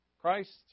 Christ